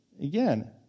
Again